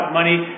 money